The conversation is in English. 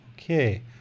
Okay